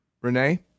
Renee